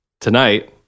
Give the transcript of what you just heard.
tonight